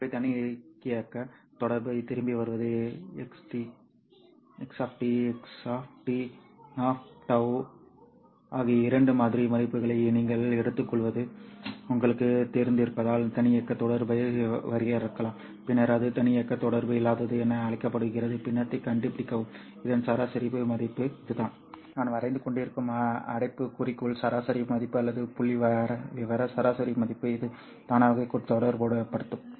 ஆகவே தன்னியக்க தொடர்புக்கு திரும்பி வருவது X Xt τ τ ஆகிய இரண்டு மாதிரி மதிப்புகளை நீங்கள் எடுத்துக்கொள்வது உங்களுக்குத் தெரிந்திருப்பதால் தன்னியக்க தொடர்பை வரையறுக்கலாம் பின்னர் அது தன்னியக்க தொடர்பு இல்லாதது என அழைக்கப்படுகிறது பின்னர் கண்டுபிடிக்கவும் இதன் சராசரி மதிப்பு இதுதான் நான் வரைந்து கொண்டிருக்கும் அடைப்புக்குறிக்குள் சராசரி மதிப்பு அல்லது புள்ளிவிவர சராசரி மதிப்பு இது தானாகவே தொடர்புபடுத்தும்